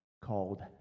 called